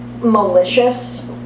malicious